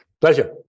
Pleasure